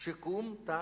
שיקום תעסוקתי,